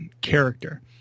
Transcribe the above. character